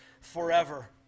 forever